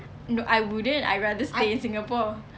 no I wouldn't I'd rather stay in singapore